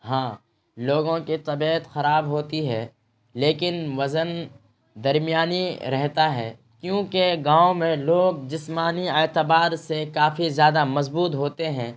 ہاں لوگوں کی طبیعت خراب ہوتی ہے لیکن وزن درمیانی رہتا ہے کیونکہ گاؤں میں لوگ جسمانی اعتبار سے کافی زیادہ مضبوط ہوتے ہیں